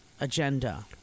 agenda